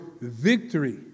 victory